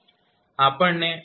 આપણને તે કેવી રીતે મળશે